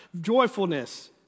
Joyfulness